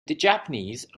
japanese